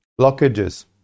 blockages